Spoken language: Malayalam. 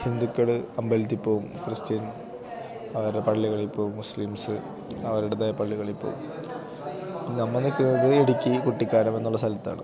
ഹിന്ദുക്കൾ അമ്പലത്തിൽപ്പോകും ക്രിസ്ത്യൻ അവരുടെ പള്ളികളിൽപ്പോകും മുസ്ലിംസ് അവരുടേതായ പള്ളികളിൽപ്പോകും നമ്മൾ നിൽക്കുന്നത് ഇടുക്കി കുട്ടിക്കാനമെന്നുള്ള സ്ഥലത്താണ്